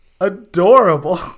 Adorable